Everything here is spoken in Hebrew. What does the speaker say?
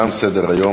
תם סדר-היום.